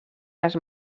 les